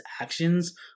actions